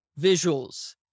visuals